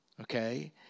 Okay